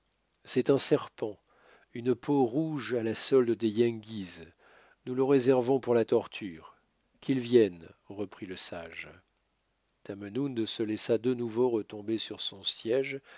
c'est un serpent une peau rouge à la solde des yengeese nous le réservons pour la torture qu'il vienne reprit le sage tamenund se laissa de nouveau retomber sur son siège